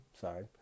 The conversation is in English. Sorry